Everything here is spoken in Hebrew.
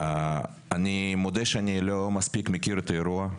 אני מודה שאני לא מספיק מכיר את האירוע,